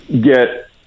get